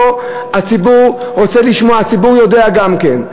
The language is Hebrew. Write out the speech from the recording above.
הציבור רוצה לשמוע, הציבור יודע גם כן.